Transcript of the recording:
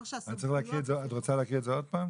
את רוצה להקריא את זה עוד פעם?